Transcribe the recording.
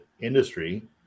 industry